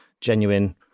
genuine